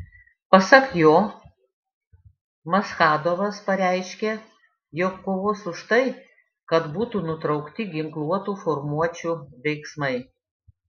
pasak jo maschadovas pareiškė jog kovos už tai kad būtų nutraukti ginkluotų formuočių veiksmai